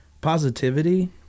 positivity